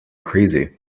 crazy